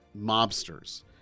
mobsters